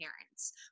parents